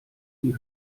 die